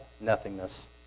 nothingness